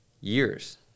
years